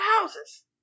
houses